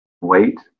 wait